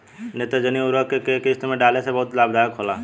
नेत्रजनीय उर्वरक के केय किस्त में डाले से बहुत लाभदायक होला?